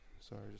Sorry